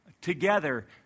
together